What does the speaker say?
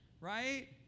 right